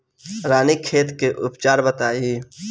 रानीखेत के उपचार बताई?